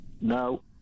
No